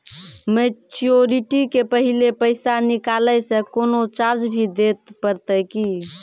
Maturity के पहले पैसा निकालै से कोनो चार्ज भी देत परतै की?